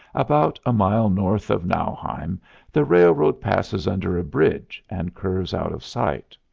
about a mile north of nauheim the railroad passes under a bridge and curves out of sight.